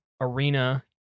Arena